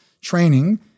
training